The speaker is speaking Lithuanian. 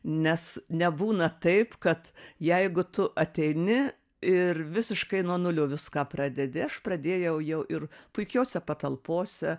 nes nebūna taip kad jeigu tu ateini ir visiškai nuo nulio viską pradedi aš pradėjau jau ir puikiose patalpose